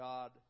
God